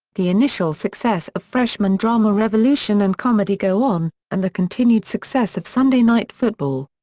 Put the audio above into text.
the initial success of freshman drama revolution and comedy go on, and the continued success of sunday night football.